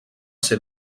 ser